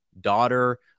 daughter